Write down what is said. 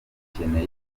dukeneye